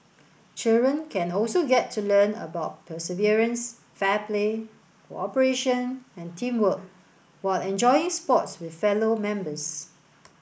children can also get to learn about perseverance fair play cooperation and teamwork while enjoying sports with fellow members